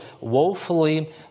woefully